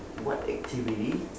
what activity